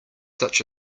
such